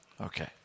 Okay